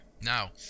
Now